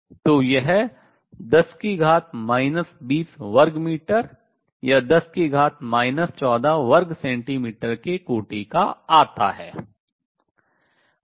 तो यह 10 20 वर्ग मीटर या 10 14 वर्ग सेंटीमीटर के कोटि का आता है